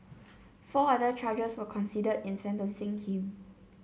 four other charges were considered in sentencing him